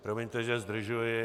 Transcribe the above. Promiňte, že zdržuji.